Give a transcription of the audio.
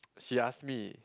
she ask me